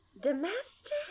Domestic